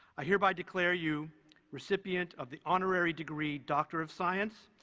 i hereby declare you recipient of the honorary degree doctor of science,